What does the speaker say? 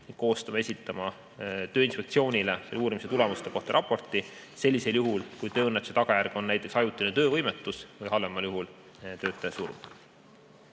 koostama ja esitama Tööinspektsioonile uurimise tulemuste kohta raporti sellisel juhul, kui tööõnnetuse tagajärg on näiteks ajutine töövõimetus või halvemal juhul töötaja surm.